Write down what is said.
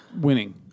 winning